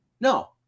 No